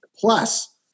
plus